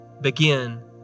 begin